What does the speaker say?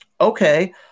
Okay